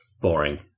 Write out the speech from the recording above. boring